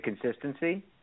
consistency